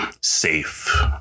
safe